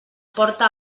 porta